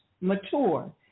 mature